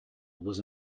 was